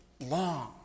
long